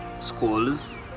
schools